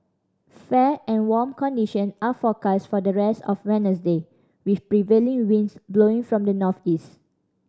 fair and warm condition are forecast for the rest of Wednesday with prevailing winds blowing from the Northeast